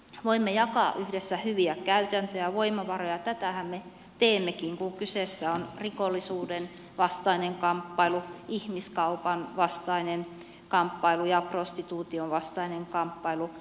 voimme jakaa yhdessä hyviä käytäntöjä voimavaroja ja tätähän me teemmekin kun kyseessä on rikollisuuden vastainen kamppailu ihmiskaupan vastainen kamppailu ja prostituution vastainen kamppailu